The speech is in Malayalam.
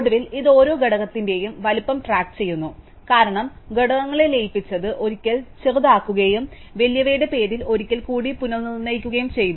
ഒടുവിൽ ഇത് ഓരോ ഘടകത്തിന്റെയും വലുപ്പം ട്രാക്ക് ചെയ്യുന്നു കാരണം ഞങ്ങൾ ഘടകങ്ങളെ ലയിപ്പിച്ചത് ഒരിക്കൽ ചെറിയതാക്കുകയും വലിയവയുടെ പേരിൽ ഒരിക്കൽ കൂടി പുനർനിർണയിക്കുകയും ചെയ്തു